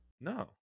No